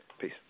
Peace